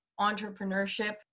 entrepreneurship